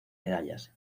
medallas